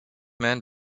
men